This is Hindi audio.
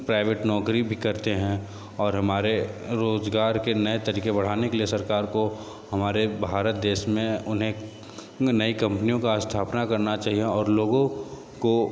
प्राइवेट नौकरी भी करते हैं और हमारे रोजगार के नए तरीके बढ़ाने के लिए सरकार को हमारे भारत देश में उन्हें नई कंपनियों का स्थापना करना चाहिए और लोगों को